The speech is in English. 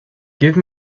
give